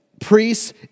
Priests